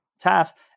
tasks